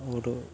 और